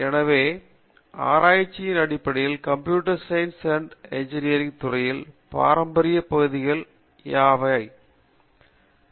எனவே ஆராய்ச்சியின் அடிப்படையில் கம்ப்யூட்டர் சயின்ஸ் அண்ட் இன்ஜினியரிங் துறையின் பாரம்பரிய பகுதிகளாக எவை கருதப்படுகிறது